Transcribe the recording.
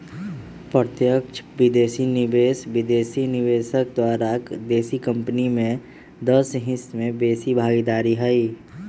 प्रत्यक्ष विदेशी निवेश विदेशी निवेशक द्वारा देशी कंपनी में दस हिस्स से बेशी भागीदार हइ